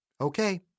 Okay